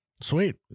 sweet